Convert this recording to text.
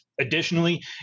Additionally